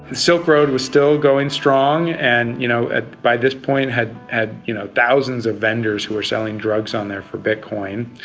silk road was still going strong and you know and by this point had had you know thousands of vendors who were selling drugs on there for bitcoin.